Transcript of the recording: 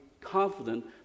confident